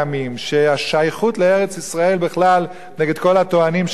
שהשייכות לארץ-ישראל בכלל נגד כל הטוענים שהארץ הזאת,